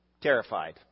terrified